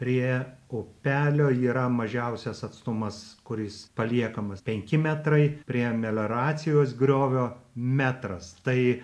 prie upelio yra mažiausias atstumas kuris paliekamas penki metrai prie melioracijos griovio metras tai